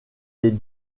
les